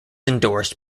endorsed